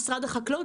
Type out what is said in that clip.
משרד החקלאות,